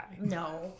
No